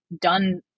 done